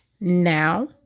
now